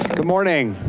good morning.